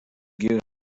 give